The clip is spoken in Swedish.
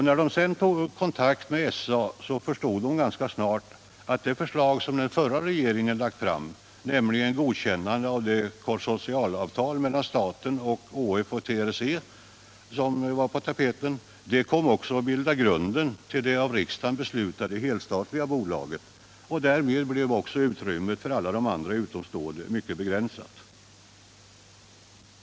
När de sedan tog kontakt med SP förstod de ganska snart, att det förslag som den förra regeringen lade fram — nämligen godkännande av det konsortialavtal mellan staten samt ÅF och TRC — kom att bilda grunden till det av riksdagen beslutade helstatliga bolaget. Och därmed blev också utrymmet för alla de andra utomstående mycket begränsat.